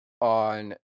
on